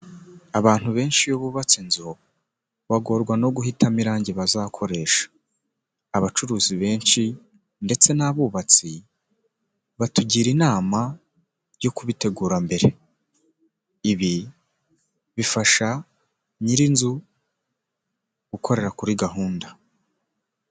Abantu benshi iyo bubatse inzu, bagorwa no guhitamo irangi bazakoresha. Abacuruzi benshi ndetse n'abubatsi, batugira inama yo kubitegura mbere. Ibi bifasha nyir'inzu gukorera kuri gahunda.